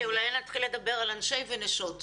אולי נתחיל לדבר על אנשי ונשות.